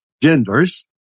genders